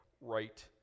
right